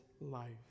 life